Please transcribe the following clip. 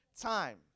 time